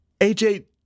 AJ